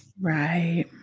Right